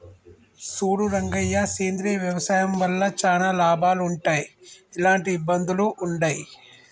సూడు రంగయ్య సేంద్రియ వ్యవసాయం వల్ల చానా లాభాలు వుంటయ్, ఎలాంటి ఇబ్బందులూ వుండయి